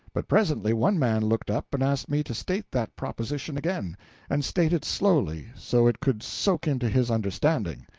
but presently one man looked up and asked me to state that proposition again and state it slowly, so it could soak into his understanding.